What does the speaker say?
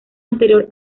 anterior